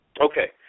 Okay